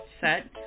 set